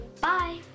Bye